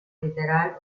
literal